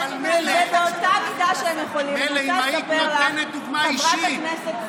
אבל מילא אם היית נותנת דוגמה אישית,